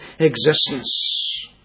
existence